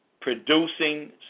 producing